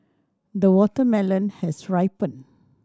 the watermelon has ripened